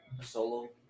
solo